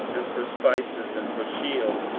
and for spices, and for shields,